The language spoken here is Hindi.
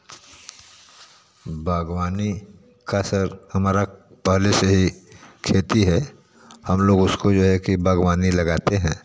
बागवानी का सर हमारा पहले से ही खेती है हम लोग उसको जो है कि बागवानी लगाते हैं